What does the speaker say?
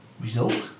Result